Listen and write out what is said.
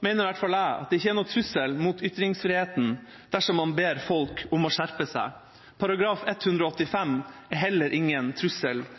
mener i alle fall jeg at det ikke er noen trussel mot ytringsfriheten dersom man ber folk om å skjerpe seg. § 185 er heller ingen trussel